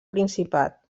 principat